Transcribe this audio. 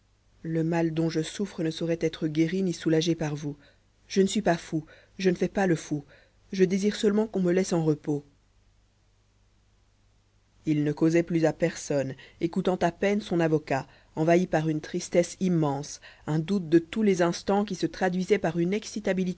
le mal dont je souffre ne saurait être guéri ni soulagé par vous je ne suis pas fou je ne fais pas le fou je désire seulement qu'on me laisse en repos il ne causait plus à personne écoutant à peine son avocat envahi par une tristesse immense un doute de tous les instants qui se traduisait par une